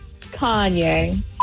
Kanye